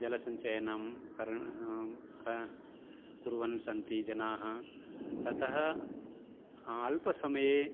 जलसञ्चयनकरणं क कुर्वन्तः सन्ति जनाः ततः अल्पसमये